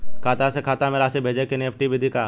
खाता से खाता में राशि भेजे के एन.ई.एफ.टी विधि का ह?